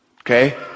Okay